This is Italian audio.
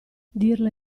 dirla